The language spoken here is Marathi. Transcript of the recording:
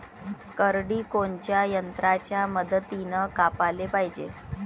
करडी कोनच्या यंत्राच्या मदतीनं कापाले पायजे?